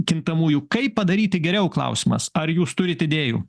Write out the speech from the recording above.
kintamųjų kaip padaryti geriau klausimas ar jūs turit idėjų